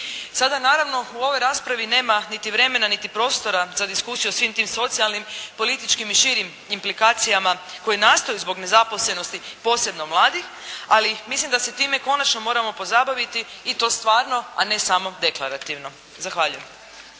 Sada naravno u ovoj raspravi nema niti vremena niti prostora za diskusiju o svim tim socijalnim, političkim i širim implikacijama koje nastaju zbog nezaposlenosti posebno mladih, ali mislim da se time konačno moramo pozabaviti i to stvarno, a ne samo deklarativno. Zahvaljujem.